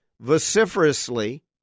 vociferously